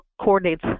coordinates